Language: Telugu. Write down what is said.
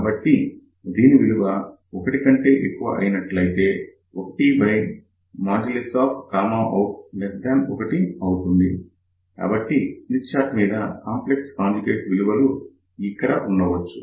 కాబట్టి దీని విలువ ఒకటి కంటే ఎక్కువ అయినట్లయితే 1out1 అవుతుంది కాబట్టి స్మిత్ చార్ట్ మీద కాంప్లెక్స్ కాంజుగేట్ విలువలు ఇక్కడ ఉంచవచ్చు